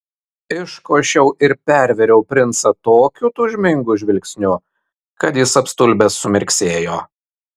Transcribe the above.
iškošiau ir pervėriau princą tokiu tūžmingu žvilgsniu kad jis apstulbęs sumirksėjo